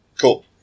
Cool